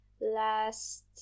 last